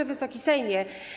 Wysoki Sejmie!